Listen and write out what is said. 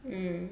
mm